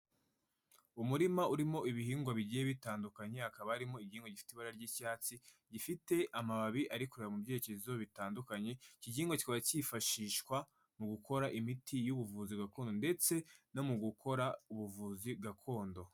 Umurima urimo ibihingwa bigiye bitandukanye, hakaba harimo igihingwa gifite ibara ry'icyatsi, gifite amababi ari kureba mu byerekezo bitandukanye, iki gihingwa kikaba cyifashishwa mu gukora imiti y'ubuvuzi gakondo ndetse no mu gukora ubuvuzi gakondo.